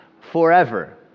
forever